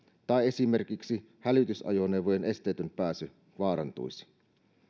tai esimerkiksi hälytysajoneuvojen esteetön pääsy vaarantuisi